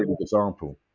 example